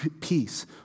peace